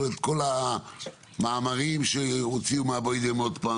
כל המאמרים שהוציאו מהבוידם עוד פעם